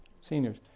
seniors